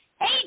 Hey